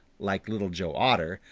like little joe otter,